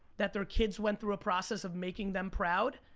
that their kids went through a process of making them proud,